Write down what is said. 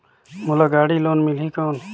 मोला गाड़ी लोन मिलही कौन?